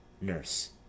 nurse